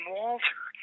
Walter